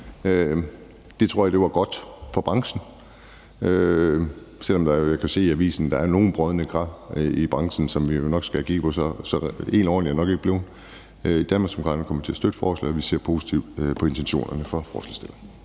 Det tror jeg var godt for branchen, selv om jeg jo også kan se i avisen, at der er nogle brodne kar i branchen, som vi nok skal have kigget på. Så helt ordentligt er det nok ikke blevet. I Danmarksdemokraterne kommer vi til at støtte forslaget, og vi ser positivt på intentionerne fra forslagsstillerne.